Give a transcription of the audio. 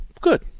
Good